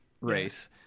race